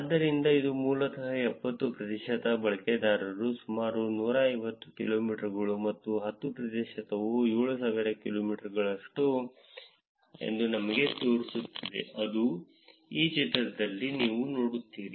ಆದ್ದರಿಂದ ಇದು ಮೂಲತಃ 70 ಪ್ರತಿಶತ ಬಳಕೆದಾರರು ಸುಮಾರು 150 ಕಿಲೋಮೀಟರ್ಗಳು ಮತ್ತು 10 ಪ್ರತಿಶತವು 7000 ಕಿಲೋಮೀಟರ್ಗಳಷ್ಟಿದೆ ಎಂದು ನಿಮಗೆ ತೋರಿಸುತ್ತದೆ ಅದು ಈ ಚಿತ್ರದಲ್ಲಿ ನೀವು ನೋಡುತ್ತೀರಿ